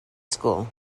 school